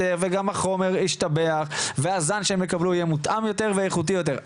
וגם החומר ישתבח והזן שהם יקבלו יהיה מותאם יותר ואיכותי יותר,